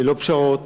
ללא פשרות.